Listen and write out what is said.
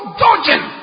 dodging